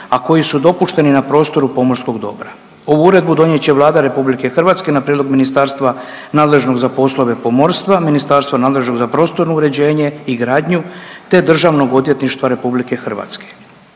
a koji su dopušteni na prostoru pomorskog dobra. Ovu uredbu donijet će Vlada RH na prijedlog ministarstva nadležnog za poslove pomorstva, ministarstva nadležnog za prostorno uređenje i gradnju te DORH-a. U cilju osiguravanja